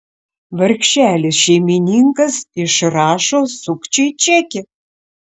vargšelis šeimininkas išrašo sukčiui čekį